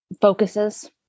focuses